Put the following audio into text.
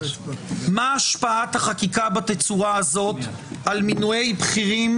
מה השפעת החקיקה בתצורה הזאת על מינויי בכירים,